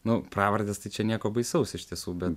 nu pravardės tai čia nieko baisaus iš tiesų bet